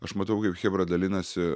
aš matau kaip chebra dalinasi